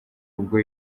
ubwo